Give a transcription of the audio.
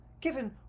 given